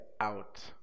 out